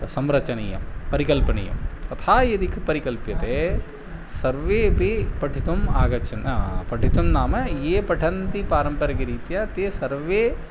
संरचनीयं परिकल्पनीयं तथा यदि परिकल्प्यते सर्वेपि पठितुम् आगच्छन् पठितुं नाम ये पठन्ति पारम्परिकरीत्या ते सर्वे